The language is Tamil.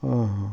உஹ்